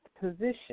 position